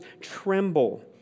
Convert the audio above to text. tremble